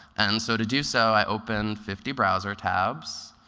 and so to do so, i opened fifty browser tabs,